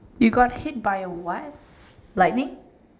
you got hit by a what lightning